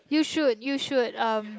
you should you should um